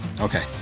Okay